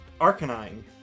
Arcanine